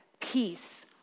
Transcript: peace